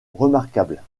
remarquables